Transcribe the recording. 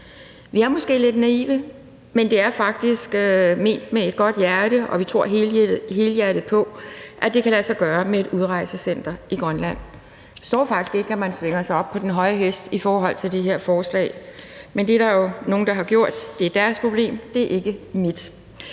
Vi er måske lidt naive, men det er faktisk fremsat af et godt hjerte, og vi tror helhjertet på, at det kan lade sig gøre med et udrejsecenter i Grønland. Jeg forstår faktisk ikke, at man svinger sig op på den høje hest i forhold til det her forslag, men det er der jo nogen der har gjort – det er deres problem, det er ikke mit.